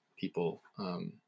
people